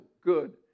good